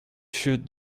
should